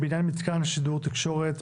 בענין מתקן השידור תקשורת,